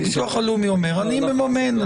הביטוח הלאומי אומר: אני מממן,